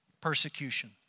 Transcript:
persecution